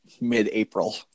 mid-April